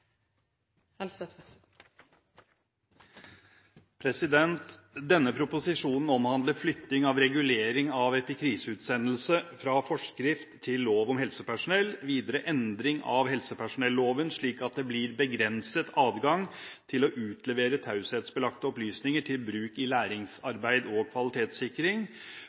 vedtatt. Denne proposisjonen omhandler flytting av regulering av epikriseutsendelse fra forskrift til lov om helsepersonell, videre endring av helsepersonelloven slik at det blir begrenset adgang til å utlevere taushetsbelagte opplysninger til bruk i læringsarbeid og kvalitetssikring